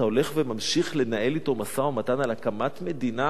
אתה הולך וממשיך לנהל אתו משא-ומתן על הקמת מדינה